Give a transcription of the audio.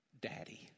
daddy